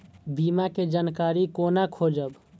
बीमा के जानकारी कोना खोजब?